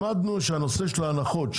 למדנו שהנושא של ההנחות,